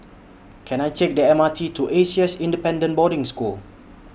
Can I Take The M R T to A C S Independent Boarding School